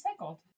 recycled